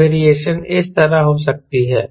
variation इस तरह हो सकती है